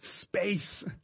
space